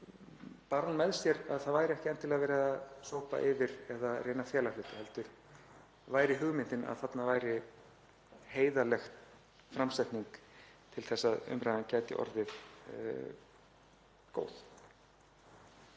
hún með sér að það væri ekki endilega verið að sópa yfir eða reyna að fela hluti heldur væri hugmyndin að þarna væri heiðarleg framsetning til þess að umræðan gæti orðið góð.